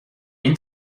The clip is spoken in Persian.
این